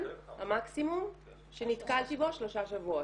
המקסימום שנתקלתי בו הוא שלושה שבועות.